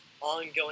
ongoing